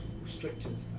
restricted